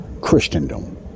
Christendom